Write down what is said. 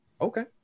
okay